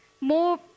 more